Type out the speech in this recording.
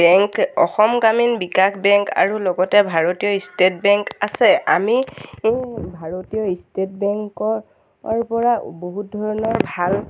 bank Assam Gramin Vikash bank আৰু লগতে ভাৰতীয় ষ্টেট বেংক আছে আমি ভাৰতীয় ষ্টেট বেংকৰ অৰ পৰা বহুত ধৰণৰ ভাল